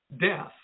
Death